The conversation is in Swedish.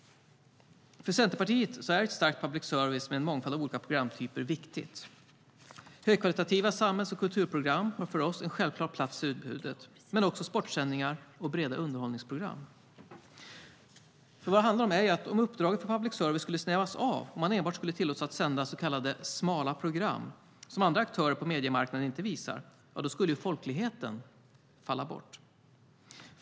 För Centerpartiet är ett starkt public service med en mångfald av olika programtyper viktigt. Högkvalitativa samhälls och kulturprogram har för oss en självklar plats i utbudet men också sportsändningar och breda underhållningsprogram. Vad det handlar om är att om uppdraget för public service skulle snävas av och man enbart skulle tillåtas att sända så kallade smala program, som andra aktörer på mediemarknaden inte visar, skulle folkligheten falla bort.